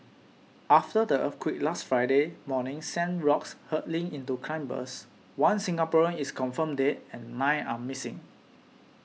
after the earthquake last Friday morning sent rocks hurtling into climbers one Singaporean is confirmed dead and nine are missing